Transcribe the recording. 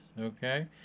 Okay